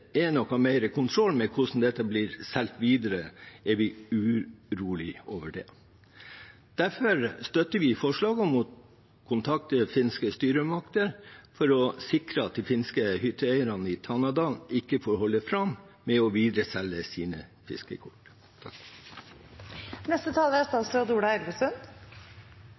er noe mer kontroll med hvordan dette blir videresolgt, blir vi urolige over det. Derfor støtter vi forslaget om å kontakte finske styresmakter for å sikre at de finske hytteeierne i Tanadalen ikke får holde fram med å videreselge sine fiskekort. Jeg vil begynne med å si at Tana-avtalen er